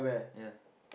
ya